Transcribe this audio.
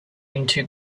into